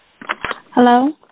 hello